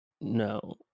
No